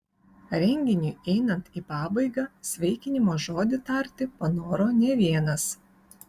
renginiui einant į pabaigą sveikinimo žodį tarti panoro ne vienas